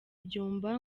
byumba